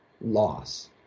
loss